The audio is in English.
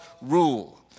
rule